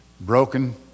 broken